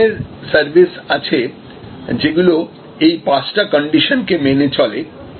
কি ধরনের সার্ভিস আছে যেগুলো এই পাঁচটা কন্ডিশন কে মেনে চলে